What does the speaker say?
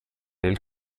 del